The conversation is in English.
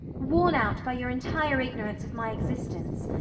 worn out by your entire ignorance of my existence,